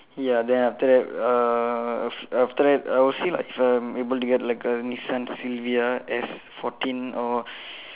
ya then after that uh af~ after that I'll see like if I'm able to get like a Nissan Silvia S fourteen or